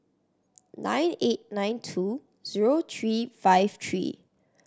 nine eight nine two zero three five three